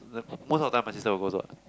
the most of the time my sister will goes [what]